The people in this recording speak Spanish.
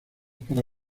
para